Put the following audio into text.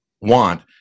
want